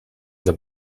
the